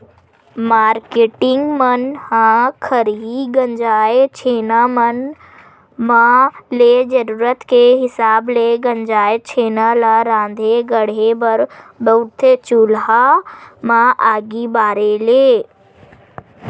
marketing मन ह खरही गंजाय छैना मन म ले जरुरत के हिसाब ले गंजाय छेना ल राँधे गढ़हे बर बउरथे चूल्हा म आगी बारे ले